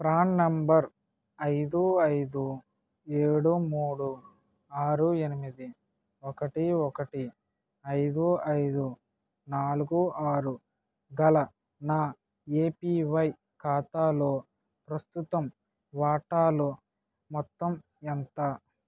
PRAN number ఐదు ఐదు ఏడు మూడు ఆరు ఎనిమిది ఒకటి ఒకటి ఐదు ఐదు నాలుగు ఆరు గల నా ఏపివై ఖాతాలో ప్రస్తుత వాటాలు మొత్తం ఎంత